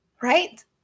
right